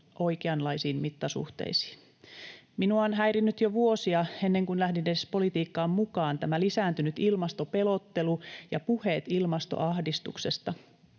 oikeanlaisiin mittasuhteisiin. Minua on häirinnyt jo vuosia, ennen kuin edes lähdin politiikkaan mukaan, tämä lisääntynyt ilmastopelottelu ja puheet ilmastoahdistuksesta.